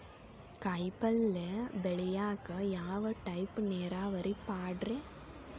ಕಾಯಿಪಲ್ಯ ಬೆಳಿಯಾಕ ಯಾವ ಟೈಪ್ ನೇರಾವರಿ ಪಾಡ್ರೇ?